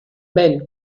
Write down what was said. ven